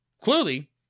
clearly